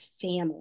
family